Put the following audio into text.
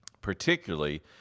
Particularly